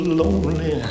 lonely